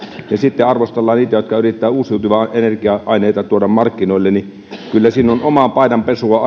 ja sitten arvostellaan niitä jotka yrittävät uusiutuvia energia aineita tuoda markkinoille kyllä siinä on oman paidan pesua